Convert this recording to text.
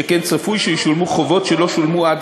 שכן צפוי שישולמו חובות שלא שולמו עד